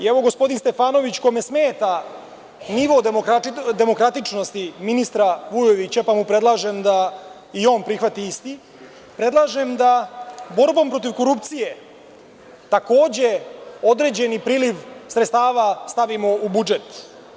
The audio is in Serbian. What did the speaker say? Evo gospodin Stefanović kome smeta nivo demokratičnosti ministra Vujovića, pa mu predlažem da i on prihvati isti, predlažem da borbom protiv korupcije takođe određeni priliv sredstava stavimo u budžet.